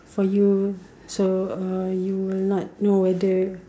for you so uh you will not know whether